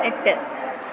എട്ട്